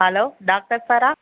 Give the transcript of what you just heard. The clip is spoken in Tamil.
hello doctor Sarah